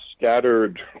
scattered